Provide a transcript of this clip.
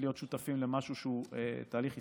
להיות שותפים למשהו שהוא תהליך היסטורי.